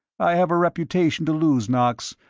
i have a reputation to lose, knox,